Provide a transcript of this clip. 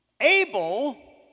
Abel